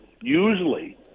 usually